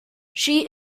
she